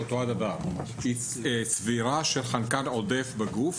אותו הדבר צבירה של חנקן עודף בגוף,